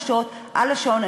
24 שעות, על השעון.